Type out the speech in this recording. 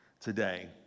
today